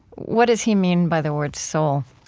what does he mean by the word soul?